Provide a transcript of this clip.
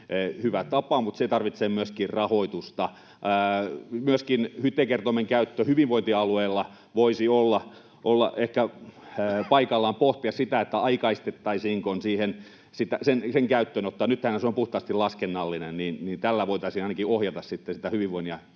hyvä tapa, mutta se tarvitsee myöskin rahoitusta. HYTE-kertoimen käytöstä myöskin hyvinvointialueilla voisi olla ehkä paikallaan pohtia sitä, että aikaistettaisiin sen käyttöönottoa. Nythän se on puhtaasti laskennallinen. Tällä voitaisiin ainakin ohjata sitten sitä hyvinvoinnin